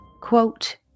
quote